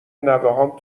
نوهام